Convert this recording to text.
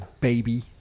baby